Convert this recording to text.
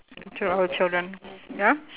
to our children ya